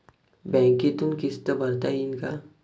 बँकेतून किस्त भरता येईन का?